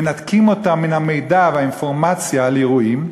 מנתקים אותם מהמידע והאינפורמציה על אירועים.